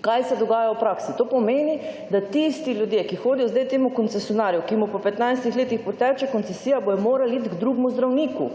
Kaj se dogaja v praksi? To pomeni, da tisti ljudje, ki hodijo zdaj k temu koncesionarju, ki mu po 15 letih poteče koncesija, bodo morali iti k drugemu zdravniku.